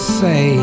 say